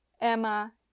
Emma